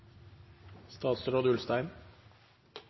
statsråd